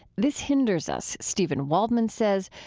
this hinders us, steven waldman says,